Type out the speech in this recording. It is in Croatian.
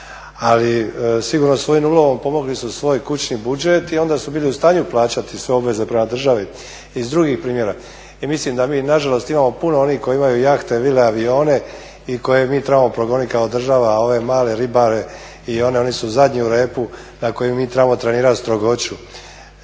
Ali sigurno svojim ulovom pomogli su svoj kućni budžet i onda su bili u stanju plaćati sve obveze prema državi iz drugih primjera. I mislim da mi nažalost imamo puno onih koji imaju jahte, vile, avione i koje mi trebamo progonit kao država ove male ribare i one, oni su zadnji u repu na koje mi trebamo trenirat strogoću.